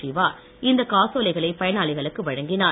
சிவா இந்த காசோலைகளை பயனாளிகளுக்கு வழங்கினார்